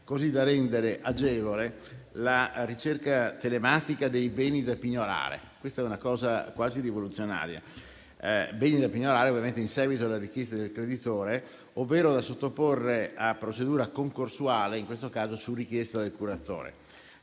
così da rendere agevole la ricerca telematica dei beni da pignorare. È una cosa quasi rivoluzionaria. Si tratta di beni da pignorare, ovviamente, in seguito alla richiesta del creditore, ovvero da sottoporre a procedura concorsuale, in questo caso su richiesta del curatore.